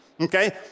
okay